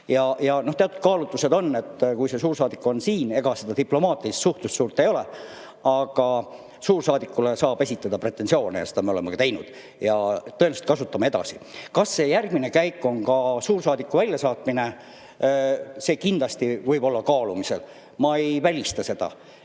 Teatud kaalutlused on: kui suursaadik on siin, siis ega diplomaatilist suhtlust suurt ei ole, aga suursaadikule saab esitada pretensioone. Seda me oleme ka teinud ja tõenäoliselt teeme edasi. Kas järgmine käik on suursaadiku väljasaatmine? See võib kindlasti olla kaalumisel. Ma ei välista seda.